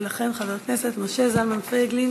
ולכן חבר הכנסת משה זלמן פייגלין